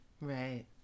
right